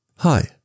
Hi